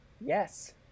Yes